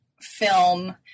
film